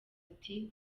ati